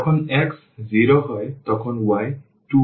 সুতরাং যখন x 0 হয় তখন y 2 হয়